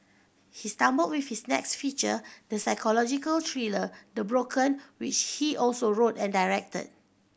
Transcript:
he stumbled with his next feature the psychological thriller The Broken which he also wrote and directed